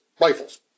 rifles